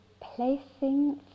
placing